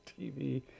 TV